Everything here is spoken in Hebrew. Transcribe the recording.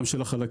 גם של החלקים,